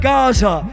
Gaza